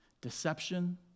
deception